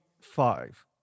five